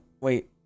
wait